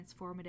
transformative